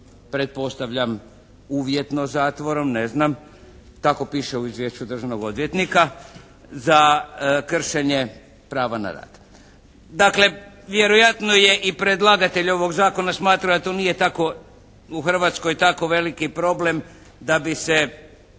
pretpostavljam uvjetno zatvorom, ne znam, tako piše u izvješću državnog odvjetnika za kršenje prava na rad. Dakle, vjerojatno je i predlagatelj ovog Zakona smatra da to nije tako u Hrvatskoj tako veliki problem da bi se